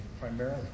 primarily